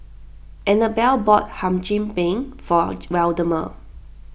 Anabelle bought Hum Chim Peng for Waldemar